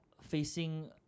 facing